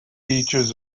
beaches